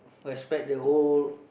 respect the old